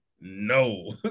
no